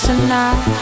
Tonight